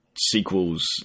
sequels